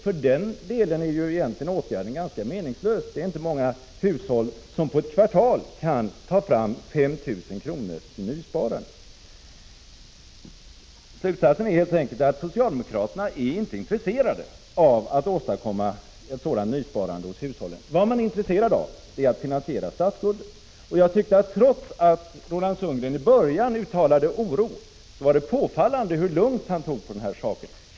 För det är egentligen åtgärden ganska meningslös. Det är inte många hushåll som på ett kvartal kan ta fram 5 000 kr. i nysparande. Slutsatsen är helt enkelt att socialdemokraterna inte är intresserade av att åstadkomma ett nysparande hos hushållen. Vad de är intresserade av är att finansiera statsskulden. Trots att Roland Sundgren i början uttalade oro, var det påfallande hur lugnt han tog på den här saken.